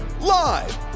live